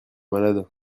malade